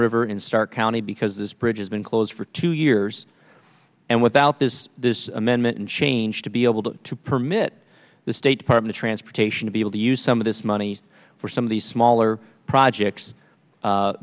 river in stark county because this bridge has been closed for two years and without this amendment and change to be able to permit the state department transportation to be able to use some of this money for some of these smaller projects